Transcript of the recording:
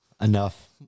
Enough